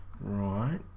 Right